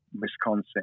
Wisconsin